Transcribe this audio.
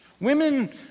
Women